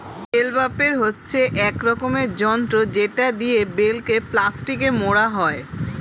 bell wrapper হচ্ছে এক রকমের যন্ত্র যেটা দিয়ে বেলকে প্লাস্টিকে মোড়া হয়